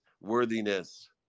worthiness